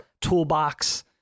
toolbox